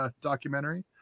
documentary